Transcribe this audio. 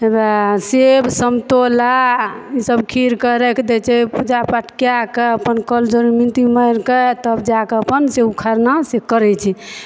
हेबा सेब संतोला ईसब खीर के राखि दै छै पूजा पाठ कए कऽ अपन कर ज़ोर विनती मारि के तब जाकऽ अपन से ओ खरना से करै छै